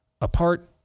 apart